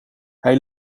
hij